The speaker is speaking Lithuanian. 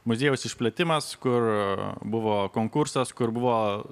muziejaus išplėtimas kur buvo konkursas kur buvo